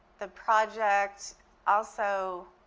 the project also